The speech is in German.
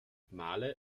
malé